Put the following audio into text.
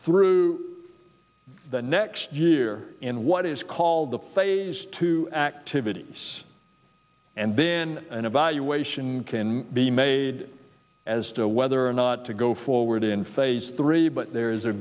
through the next year in what is called the phase two activities and then an evaluation can be made as to whether or not to go forward in phase three but there is a